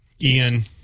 Ian